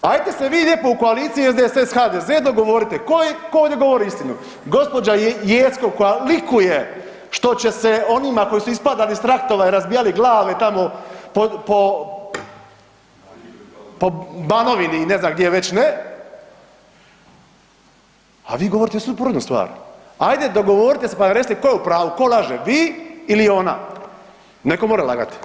Ajte se vi lijepo u koaliciji SDSS-HDZ dogovorite tko ovdje govori istinu, gospođa Jeckov koja likuje što će se onima koji su ispadali iz traktora i razbijali glave tamo po Banovini i ne znam gdje već ne, a vi govorite suprotnu stvar, ajde dogovorite se i recite tko je u pravu, ko laže, vi ili ona neko mora lagati.